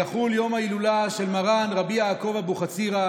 יחול יום ההילולה של מרן רבי יעקב אבוחצירא,